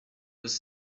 was